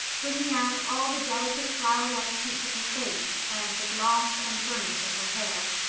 bringing out all the delicate, flower-like tints of her face and the gloss and burnish of her hair.